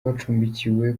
bacumbikiwe